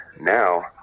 now